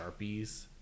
sharpies